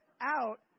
out